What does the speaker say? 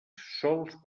sols